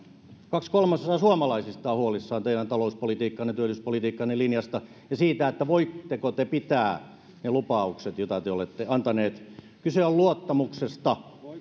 kaksi kolmasosaa suomalaisista on huolissaan teidän talouspolitiikkanne ja työllisyyspolitiikkanne linjasta ja siitä voitteko te pitää ne lupaukset joita te te olette antanut kyse on luottamuksesta